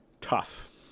tough